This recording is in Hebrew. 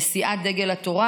וסיעת דגל התורה,